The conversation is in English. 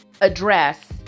address